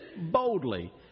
boldly